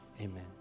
Amen